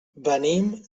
venim